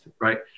right